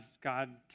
God